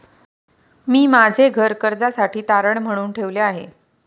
मी माझे घर कर्जासाठी तारण म्हणून ठेवले आहे